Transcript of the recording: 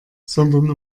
sondern